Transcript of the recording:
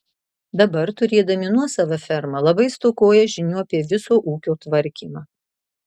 dabar turėdami nuosavą fermą labai stokoja žinių apie viso ūkio tvarkymą